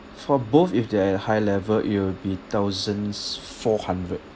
for both if they are at high level it will be thousands four hundred